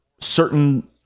certain